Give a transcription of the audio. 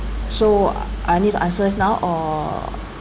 so I need to answer now or